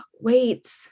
wait